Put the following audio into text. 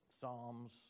psalms